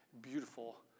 beautiful